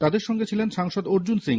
তাদের সঙ্গে ছিলেন সাংসদ অর্জুন সিং